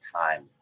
time